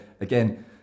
again